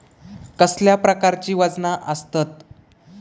कसल्या प्रकारची वजना आसतत?